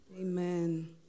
Amen